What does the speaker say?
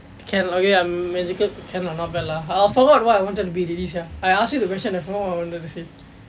can okay lah magical can lah not bad lah !huh! I forgot what I wanted to be already sia I asked you the question I forgot what I wanted to say